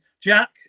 Jack